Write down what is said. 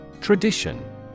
Tradition